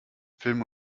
filme